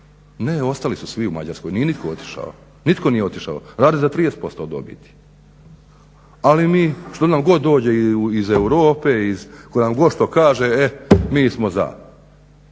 Ne ostali su svi u Mađarskoj. Nije nitko otišao, rade za 30% dobiti. Ali mi što nam god dođe iz Europe, tko nam god što kaže, e mi smo za.